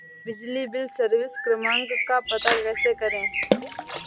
बिजली bill service क्रमांक का पता कैसे करें?